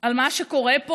על מה שקורה פה